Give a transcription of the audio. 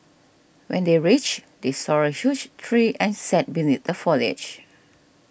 when they reached they saw a huge tree and sat beneath the foliage